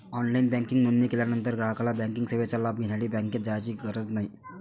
online banking नोंदणी केल्यानंतर ग्राहकाला बँकिंग सेवेचा लाभ घेण्यासाठी बँकेत जाण्याची गरज नाही